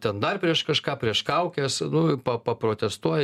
ten dar prieš kažką prieš kaukes nu pa paprotestuoja